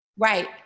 Right